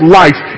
life